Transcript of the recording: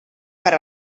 per